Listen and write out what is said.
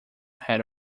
had